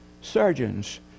surgeons